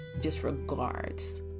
disregards